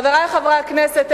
חברי חברי הכנסת,